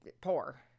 poor